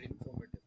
informative